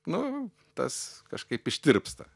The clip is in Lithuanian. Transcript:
nu tas kažkaip ištirpsta